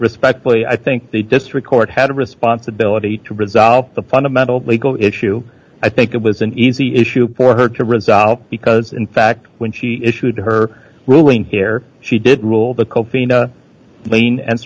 respectfully i think the district court had a responsibility to resolve the fundamental legal issue i think it was an easy issue for her to resolve because in fact when she issued her ruling here she did rule that kofi lane and